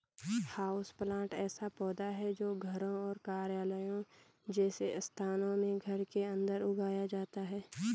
houseplant ऐसा पौधा है जो घरों और कार्यालयों जैसे स्थानों में घर के अंदर उगाया जाता है